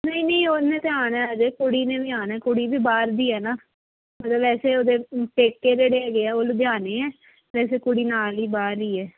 ਨਹੀਂ ਨਹੀਂ ਉਹਨੇ ਤਾਂ ਆਉਣਾ ਅਜੇ ਕੁੜੀ ਨੇ ਵੀ ਆਉਣਾ ਕੁੜੀ ਵੀ ਬਾਹਰ ਦੀ ਹੈ ਨਾ ਮਤਲਬ ਐਸੇ ਉਹਦੇ ਪੇਕੇ ਜਿਹੜੇ ਹੈਗੇ ਹੈ ਉਹ ਲੁਧਿਆਣੇ ਹੈ ਵੈਸੇ ਕੁੜੀ ਨਾਲ ਹੀ ਬਾਹਰ ਹੀ ਹੈ